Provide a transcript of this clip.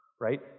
right